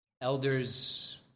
Elders